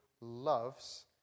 loves